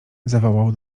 zawołał